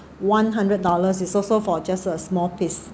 one hundred dollars is also for just a small piece